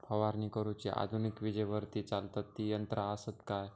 फवारणी करुची आधुनिक विजेवरती चलतत ती यंत्रा आसत काय?